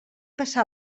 passar